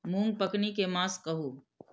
मूँग पकनी के मास कहू?